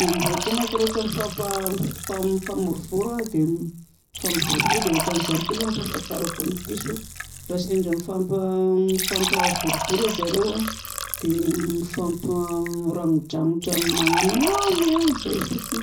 Ny amboa koa manko rehefa mifamorovoro dia mifampivovoa. Dia ohatran'izany koa zany ny fahafantarako ny piso raha sendra mifampa- mifampavorovoro zareo a dia mifamparanodranotra magnano miaouh miaouh dia zay fotsiny.